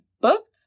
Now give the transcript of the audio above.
booked